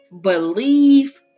believe